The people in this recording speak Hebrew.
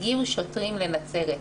הגיעו שוטרים לנצרת,